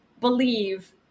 believe